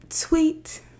tweet